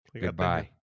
Goodbye